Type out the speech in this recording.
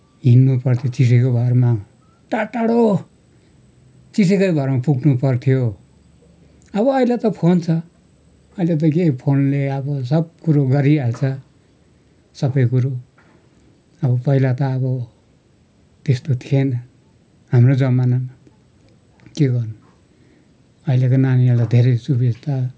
हिँड्नु पर्थ्यो चिठीको भरमा टाढ टाढो चिठीकै भरमा पुग्नु पर्थ्यो अब अहिले त फोन छ अहिले त के फोनले अब सब कुरो गरिहाल्छ सबै कुरो अब पहिला त अब त्यस्तो थिएन हाम्रो जमानामा के गर्नु अहिलेको नानीहरूलाई धेरै सुबिस्ता